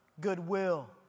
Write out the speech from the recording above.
goodwill